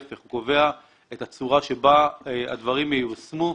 ההפך, הוא קובע את הצורה שבה הדברים ייושמו,